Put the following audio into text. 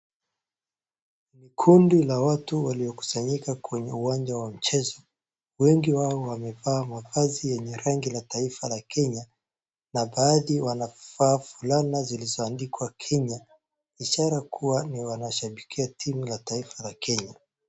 Ni kundi la watu waliokusanyika kwenye uwanja wa mchezo. Wengi wao wamevaa mavazi yenye rangi ya taifa la Kenya na baadhi wanavaa fulana zilizoandikwa Kenya, ishara kuwa ni wanashabikia timu la taifa la Kenya.